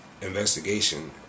investigation